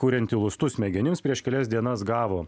kurianti lustų smegenims prieš kelias dienas gavo